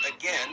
again